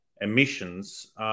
emissions